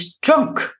drunk